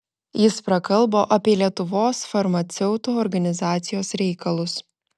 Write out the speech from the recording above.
jis prakalbo apie lietuvos farmaceutų organizacijos reikalus